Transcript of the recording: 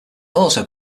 also